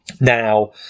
Now